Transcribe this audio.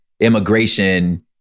immigration